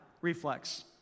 reflex